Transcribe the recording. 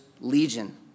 Legion